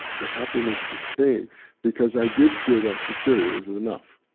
the happiness just came because i did feel that security, it's enough,